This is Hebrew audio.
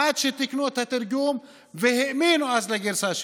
עד שתיקנו את התרגום, ואז האמינו לגרסה שלו.